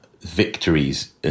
victories